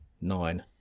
nine